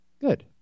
Good